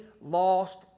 lost